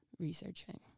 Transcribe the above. researching